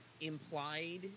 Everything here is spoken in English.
Implied